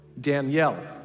Danielle